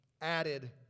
added